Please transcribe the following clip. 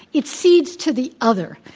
it feeds to the other.